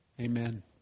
Amen